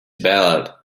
ballad